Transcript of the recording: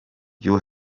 you